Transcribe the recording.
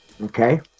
Okay